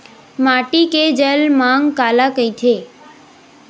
माटी के जलमांग काला कइथे?